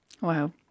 Wow